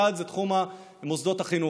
אחד זה תחום מוסדות החינוך,